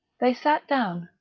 they sat down,